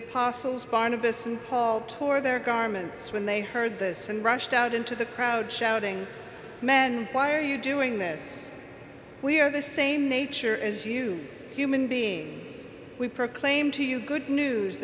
and paul tore their garments when they heard this and rushed out into the crowd shouting men why are you doing this we are the same nature as you human beings we proclaim to you good news